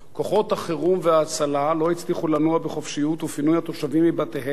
כוחות החירום וההצלה לא הצליחו לנוע בחופשיות ופינוי התושבים מבתיהם